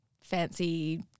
fancy